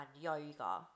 yoga